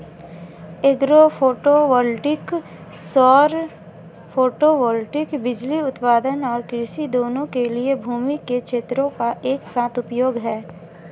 agro photovoltaic सौर photovoltaic बिजली उत्पादन और कृषि दोनों के लिए भूमि के क्षेत्रों का एक साथ उपयोग है